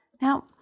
Now